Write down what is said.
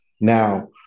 Now